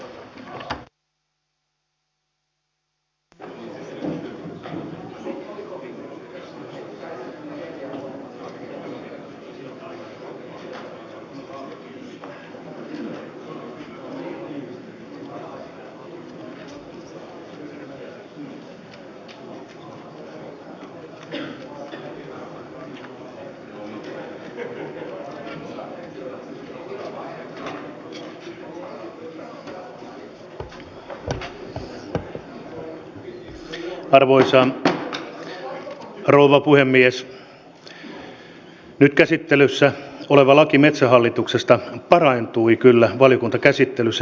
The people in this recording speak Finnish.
nyt käsittelyssä oleva laki metsähallituksesta parantui kyllä valiokuntakäsittelyssä jonkin verran